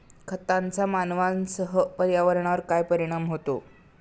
खतांचा मानवांसह पर्यावरणावर काय परिणाम होतो?